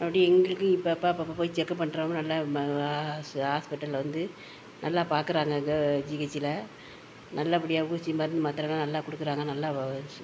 அப்படி எங்களுக்கும் இப்போ அப்போ அப்பப்போ போய் செக்கப் பண்ணுறோங்க நல்லா மா ஹாஸ் ஹாஸ்பிட்டலில் வந்து நல்லா பார்க்கறாங்க அங்கே ஜிஹெச்சில் நல்ல படியாகவும் சி மருந்து மாத்திரைலாம் நல்லா கொடுக்கறாங்க நல்லா வச்சு